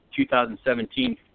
2017